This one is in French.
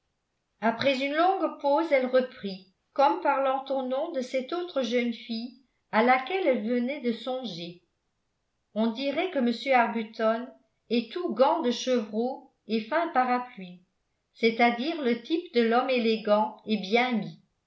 après une longue pause elle reprit comme parlant au nom de cette autre jeune fille à laquelle elle venait de songer on dirait que m arbuton est tout gants de chevreau et fin parapluie cest à dire le type de l'homme élégant et bien mis